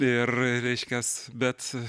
ir reiškias bet